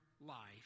life